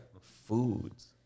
Foods